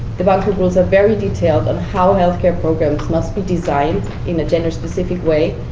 the bangkok rules are very detailed on how health care programs must be designed in a gender-specific way,